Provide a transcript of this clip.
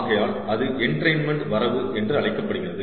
ஆகையால் அது என்ட்ரெயின்மன்ட் வரம்பு என்று அழைக்கப்படுகிறது